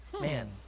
man